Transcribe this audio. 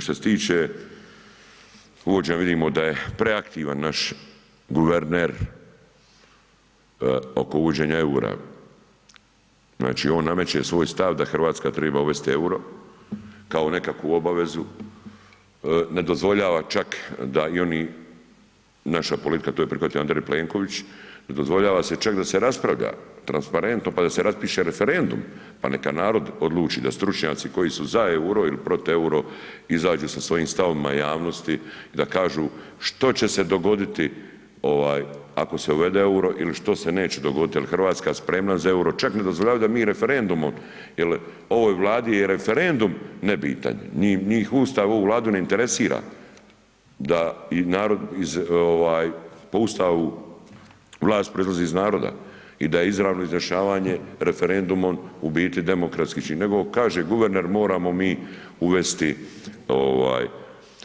Šta se tiče uvođenja, vidimo da je preaktivan naš guverner oko uvođenja EUR-a, znači on nameće svoj stav da Hrvatska triba uvesti EUR-o kao nekakvu obavezu, ne dozvoljava čak da i oni, naša politika, to je prihvatio Andrej Plenković, ... čak da se raspravlja transparentno pa da se raspiše referendum, pa neka narod odluči, da stručnjaci koji su za EUR-o ili protiv EUR-o izađu s svojim stavom ... javnosti da kažu što će se dogoditi ako se uvede EUR-o ili što se neće dogoditi, jel' Hrvatska spremna za EUR-o, čak ne dozvoljavaju da mi referendumom, jel' ovoj Vladi je referendum nebitan, njih Ustav, ovu Vladu ne interesira, da narod iz, po Ustavu vlast prolazi iz naroda, i da izravno izjašnjavanje referendumom u biti demokratski čin, nego on kaže, guverner, moramo mi uvesti